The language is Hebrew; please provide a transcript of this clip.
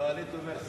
ההצעה להעביר את